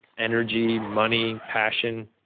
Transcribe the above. energy, money, passion,